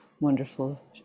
wonderful